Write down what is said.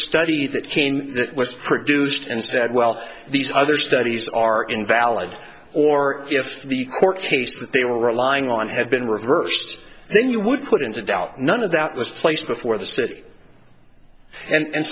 study that came in that was produced and said well these other studies are invalid or if the court case that they were relying on had been reversed then you would put into doubt none of that was placed before the city and